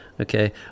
okay